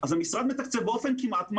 המשרד מתקצב באופן כמעט מלא.